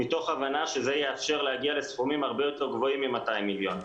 מתוך הבנה שזה יאפשר להגיע לסכומים הרבה יותר גבוהים מ-200 מיליון.